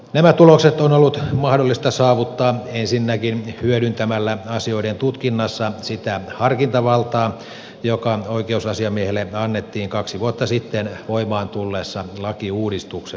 nämä tulokset on ollut mahdollista saavuttaa ensinnäkin hyödyntämällä asioiden tutkinnassa sitä harkintavaltaa joka oikeusasiamiehelle annettiin kaksi vuotta sitten voimaan tulleessa lakiuudistuksessa